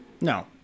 No